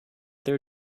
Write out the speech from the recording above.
their